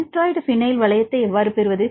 centroid phenyl வளையத்தை எவ்வாறு பெறுவது